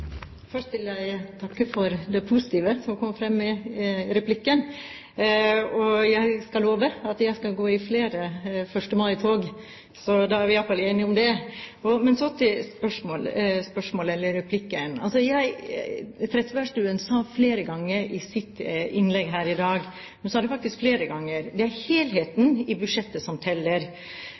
Først vil jeg takke for det positive som kom fram i replikken, og jeg skal love at jeg skal gå i flere 1. mai-tog. Så da er vi i alle fall enige om det. Men så til replikken: Trettebergstuen sa flere ganger i sitt innlegg her i dag, hun sa det faktisk flere ganger: Det er helheten i budsjettet som teller.